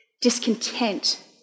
discontent